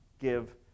give